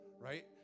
right